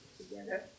together